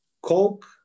coke